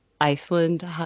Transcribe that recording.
Iceland